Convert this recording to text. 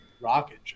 rocket